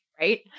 Right